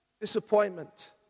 disappointment